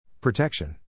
Protection